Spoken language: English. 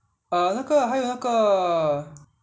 err 那个还有那个